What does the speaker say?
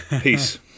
Peace